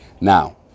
Now